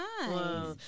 nice